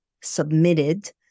submitted